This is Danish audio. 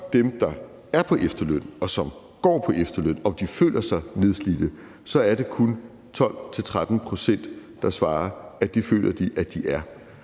dem, der er på efterløn, og som går på efterløn, om de føler sig nedslidte, så er det kun 12-13 pct., der svarer, at det føler de at de er,